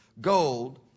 gold